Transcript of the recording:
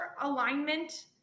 alignment